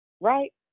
Right